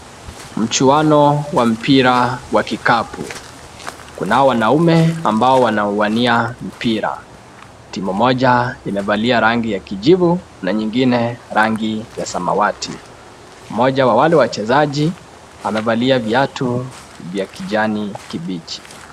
Mchuano wa mpira wa kikapu. Kunao wanaume ambao wanauwania mpira. Timu moja imevalia rangi ya kijivu na nyinine samawati. Mmoja wa wale wachezaji amevalia viatu vya kijani kibichi.